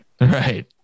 Right